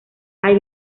hay